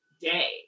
day